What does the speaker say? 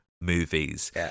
movies